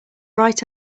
right